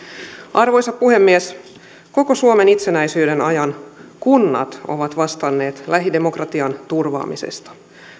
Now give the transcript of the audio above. arvoisa puhemies koko suomen itsenäisyyden ajan kunnat ovat vastanneet lähidemokratian turvaamisesta